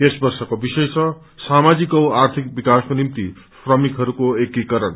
यस वर्षको विषय छ साामाजिक औ आर्थिक विकासको निभित श्रमिकहराके एकीकरण